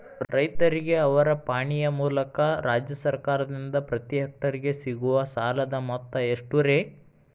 ರೈತರಿಗೆ ಅವರ ಪಾಣಿಯ ಮೂಲಕ ರಾಜ್ಯ ಸರ್ಕಾರದಿಂದ ಪ್ರತಿ ಹೆಕ್ಟರ್ ಗೆ ಸಿಗುವ ಸಾಲದ ಮೊತ್ತ ಎಷ್ಟು ರೇ?